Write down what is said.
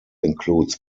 includes